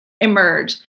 emerge